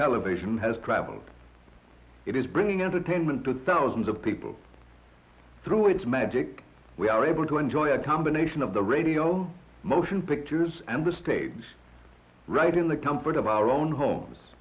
television has traveled it is bringing entertainment to thousands of people through its magic we are able to enjoy a combination of the radio motion pictures and the stage right in the comfort of our own homes